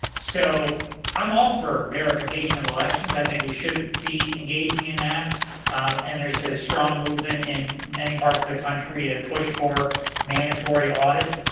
so i'm all for verification of elections. i think we should be engaging in that and there's a strong movement in many parts of the country to push for mandatory audits,